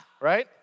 right